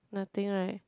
nothing right